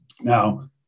Now